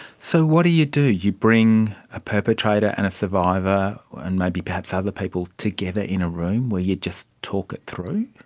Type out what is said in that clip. so what do you do, you bring a perpetrator and a survivor and maybe perhaps other people together in a room, where you just talk it through?